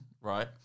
right